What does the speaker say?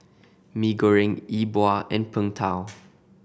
Mee Goreng E Bua and Png Tao